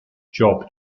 job